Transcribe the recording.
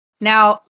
Now